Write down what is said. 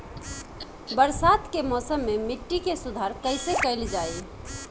बरसात के मौसम में मिट्टी के सुधार कइसे कइल जाई?